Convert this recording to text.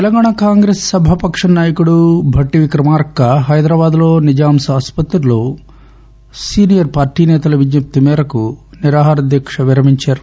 Telangana Congress సభాపక్షం నాయకుడు భట్టి విక్రమార్క హైదరాబాద్ లోని నిజామ్స్ ఆసుపత్రిలో సీనియర్ పార్టీ సేతల విజ్ఞప్తి మేరకు నిరాహారదీక్ష విరమించారు